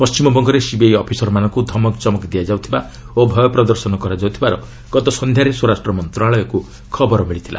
ପଣ୍ଢିମବଙ୍ଗରେ CBI ଅଫିସରମାନଙ୍କୁ ଧମକଚମକ ଦିଆଯାଉଥିବା ଓ ଭୟ ପ୍ରଦର୍ଶନ କରାଯାଉଥିବାର ଗତ ସନ୍ଧ୍ୟାରେ ସ୍ୱରାଷ୍ଟ୍ର ମନ୍ତ୍ରଣାଳୟକୁ ଖବର ମିଳିଥିଲା